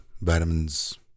Vitamins